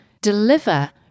deliver